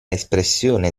espressione